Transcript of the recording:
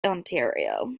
ontario